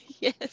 Yes